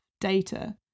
data